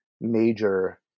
major